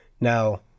Now